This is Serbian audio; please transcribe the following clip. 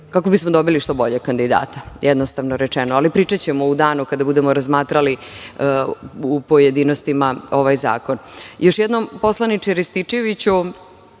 kako bismo dobili što boljeg kandidata. Jednostavno tako rečeno, ali pričaćemo u danu kada budemo razmatrali, u pojedinostima ovaj zakon. Još jednom, poslaniče Rističeviću,